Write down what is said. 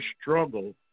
struggle